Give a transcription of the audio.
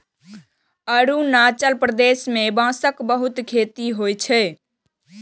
अरुणाचल प्रदेश मे बांसक बहुत खेती होइ छै